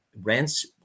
Rents